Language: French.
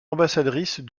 ambassadrice